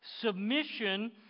Submission